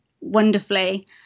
wonderfully